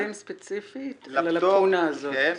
שמתייחסים ספציפית ללאקונה הזאת.